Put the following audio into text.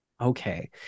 okay